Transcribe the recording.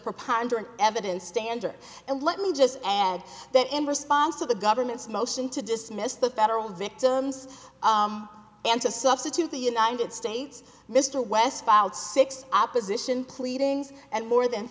preponderance evidence standard and let me just add that in response to the government's motion to dismiss the federal victims and to substitute the united states mr westcott six opposition pleadings and more than